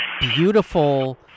beautiful